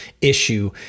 issue